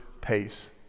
pace